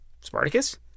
Spartacus